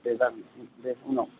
दे जागोन दे उनाव